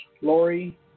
Lori